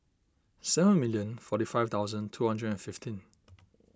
seven million forty five thousand two hundred and fifteen